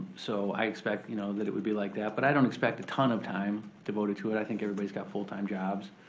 so i you know that it would be like that. but i don't expect a ton of time devoted to it. i think everybody's got full-time jobs.